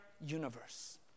universe